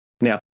Now